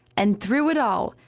and through it all,